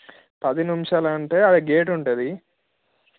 పది నిమిషాలు అంటే అది గేట్ ఉంటుంది